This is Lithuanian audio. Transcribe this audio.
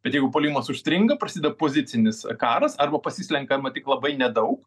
bet jeigu puolimas užstringa prasideda pozicinis karas arba pasislenkama tik labai nedaug